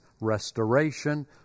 restoration